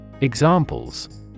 Examples